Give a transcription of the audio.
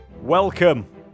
Welcome